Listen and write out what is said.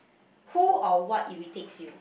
who or what irritates you